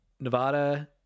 Nevada